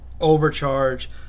overcharge